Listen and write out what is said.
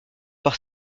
par